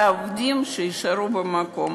ושהעובדים יישארו במקום.